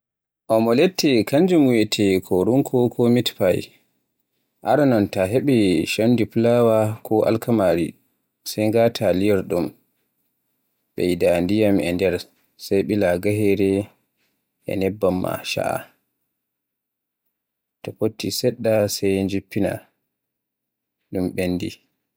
Omelette kanjum wiyeete korunko ko mitfay. Aranon ta heɓi chondi fulaawa ko alkamaari, sai ngata liyorɗum, ɓeyda ndiyam e nder sai ɓila gahere e nebban ma chaa. To fofti seɗɗa sai jiffina na ɗum ɓendi.